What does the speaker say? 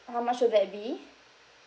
how much will that be